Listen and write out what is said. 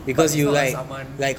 but it's not a saman